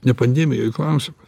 ne pandemijoj klausimas